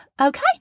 okay